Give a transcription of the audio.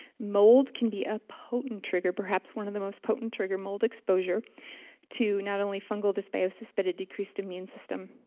mold can be a potent trigger, perhaps one of the most potent triggers. mold exposure to not only fungal dysbiosis, but a decreased immune system.